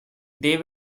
they